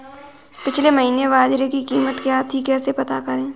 पिछले महीने बाजरे की कीमत क्या थी कैसे पता करें?